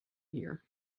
here